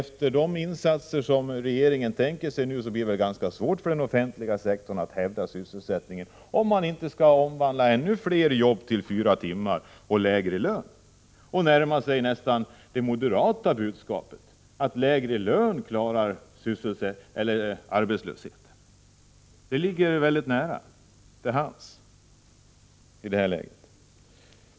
Efter de insatser som regeringen tänker sig nu blir det väl ganska svårt för den offentliga sektorn att hävda sysselsättningen, om man inte skall omvandla ännu fler jobb till fyra timmars arbetsdag och lägre lön och därmed nästan närma sig det moderata budskapet att lägre lön klarar arbetslösheten. Det ligger väldigt nära till hands i det här läget.